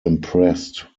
impressed